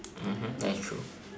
that is true